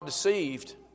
Deceived